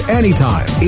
anytime